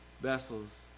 vessels